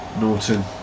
Norton